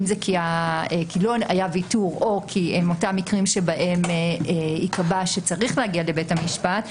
אם היה ויתור או כי הם אותם מקרים שייקבע שצריך להגיע לבית המשפט,